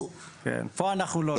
פה אנחנו לא.